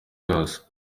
yose